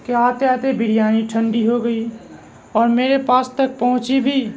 کہ آتے آتے بریانی ٹھنڈی ہو گئی اور میرے پاس تک پہنچی بھی